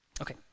Okay